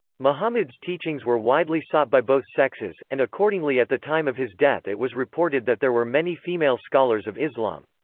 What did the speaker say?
muhammad's teachings were widely sought by both sexes, and accordingly at the time of his death it was reported that there were many female scholars of islam.